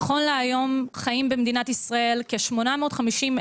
נכון להיום חיים במדינת ישראל כ-850,000